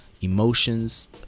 emotions